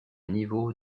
niveau